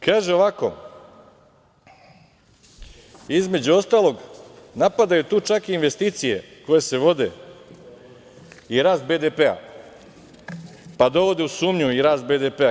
Kaže ovako, između ostalog, napadaju tu čak i investicije koje se vode i rast BDP-a, pa dovode u sumnju i rast BDP-a.